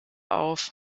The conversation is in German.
auf